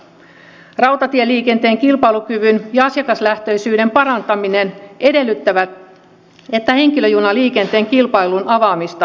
rautatieliikenteen kilpailukyvyn ja asiakaslähtöisyyden parantaminen edellyttävät että henkilöjunaliikenteen kilpailun avaamista kiirehditään